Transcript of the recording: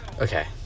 okay